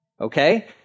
okay